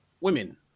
women